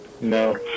No